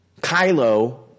Kylo